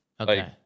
Okay